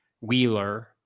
Wheeler